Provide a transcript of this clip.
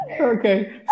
Okay